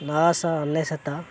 ନଅଶହ ଅନେଶତ